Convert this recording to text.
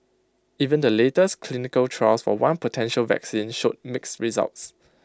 even the latest clinical trials for one potential vaccine showed mixed results